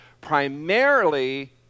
primarily